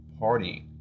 partying